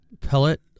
pellet